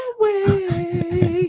away